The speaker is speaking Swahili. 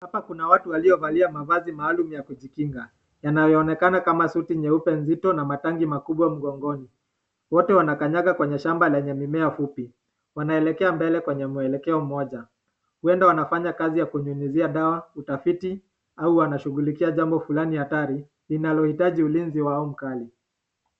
Hapa kuna watu waliovalia mavazi maalum ya kujikinga, yanayoonekana kama suti nyeupe nzito na matanki makubwa mgongoni. Wote wanakanyaga kwenye shamba lenye mimea fupi, wanaelekea mbele kwenye mwelekeo mmoja. Huenda wanafanya kazi ya kunyunyizia dawa, utafiti au wanashughulikia jambo fulani hatari linalohitaji ulinzi wao mkali.